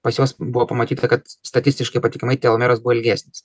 pas juos buvo pamatyta kad statistiškai patikimai telomeras buvo ilgesnis